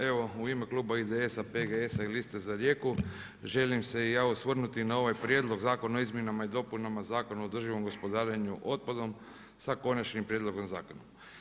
Evo u ime kluba IDS-a, PGS-a i Liste za Rijeku želim se i ja osvrnuti na ovaj Prijedlog zakona o izmjenama i dopunama Zakona o održivom gospodarenju otpadom sa konačnim prijedlogom zakona.